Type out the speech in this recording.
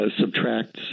subtracts